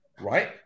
right